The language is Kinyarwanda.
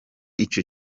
ico